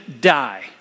die